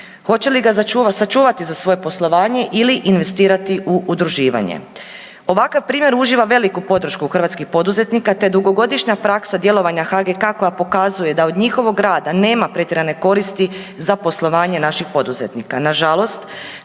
Hoće li ga sačuvati za svoje poslovanje ili investirati u udruživanje. Ovakav primjer uživa veliku podršku hrvatskih poduzetnika te dugogodišnja praksa djelovanja HGK koja pokazuje da od njihovog rada nema pretjerane koristi za poslovanje naših poduzetnika.